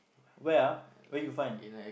where ah where you find